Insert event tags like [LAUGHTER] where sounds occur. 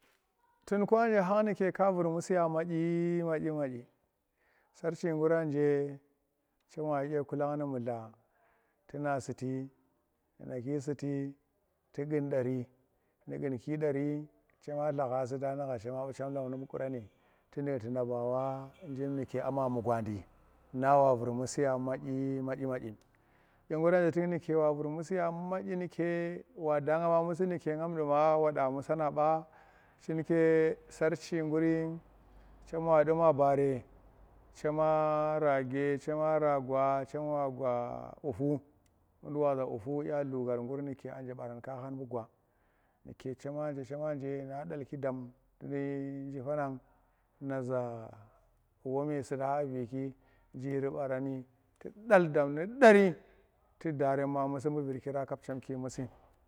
[NOISE] Tun kwahang nuke ka vur nusi madyi madyi madyi sarchi gura je nuke cem wa dye kulang ndu mula tuna suti nu naki suti tu gun dari nu gun daari cema lakha sutang nugha hcema chm lonk nubu quran [NOISE] lu duk tuda bawa njif nuge a ma mugwadi, [NOISE] a wa vur musi [NOISE] madyi madyi dyi gwa je nuke wa vur musi ya madyi kuue wa da ga ma musi, nuke ngam wada musana ba, sarchi guri [NOISE] cem wa du ma baare chema rage chema ragwa chema gwa ufu bu duk wa zi za ufudya luu ghar uke khara bu gwa, nuke chema je cnema dalki dam naza wa me suta a veki dam jiiri barani tu dall dam nu dari tuda nga musi bu vurkirang kap chemki musu. [NOISE]